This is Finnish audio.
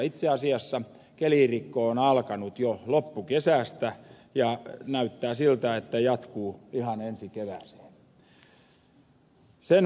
itse asiassa kelirikko on alkanut jo loppukesästä ja näyttää siltä että se jatkuu ihan ensi kevääseen